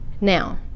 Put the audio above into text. Now